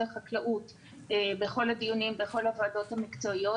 החקלאות בכל הדיונים ובכל הוועדות המקצועיות.